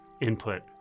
input